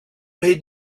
made